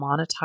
monetize